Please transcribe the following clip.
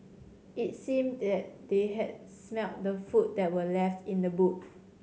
it seemed that they had smelt the food that were left in the boot